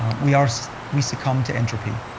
we ah we succumb to entropy.